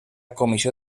comissió